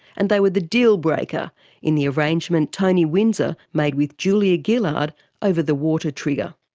and they were the deal-breaker in the arrangement tony windsor made with julia gillard over the water trigger.